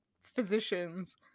physicians